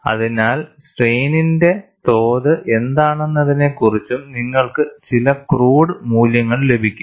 അതിനാൽ സ്ട്രെയിന്റെ തോത് എന്താണെന്നതിനെക്കുറിച്ചും നിങ്ങൾക്ക് ചില ക്രൂഡ് മൂല്യങ്ങൾ ലഭിക്കും